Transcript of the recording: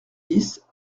dix